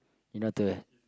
you know to